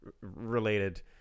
related